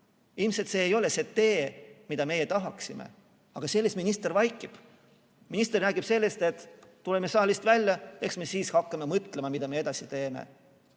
Ilmselt see ei ole see tee, mida me tahaksime. Aga sellest minister vaikib. Minister räägib sellest, et tuleme saalist välja, eks me siis hakkame mõtlema, mis me edasi teeme.